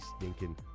stinking